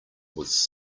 was